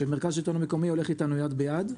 שהמרכז לשלטון מקומי הולך אתנו יד ביד.